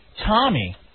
Tommy